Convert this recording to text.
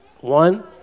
One